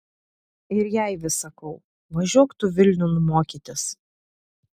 ir jai vis sakau važiuok tu vilniun mokytis